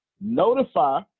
Notify